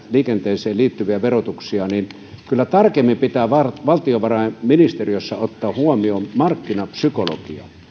liikenteeseen liittyviä verotuksia kyllä tarkemmin pitää valtiovarainministeriössä ottaa huomioon markkinapsykologia